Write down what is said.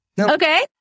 Okay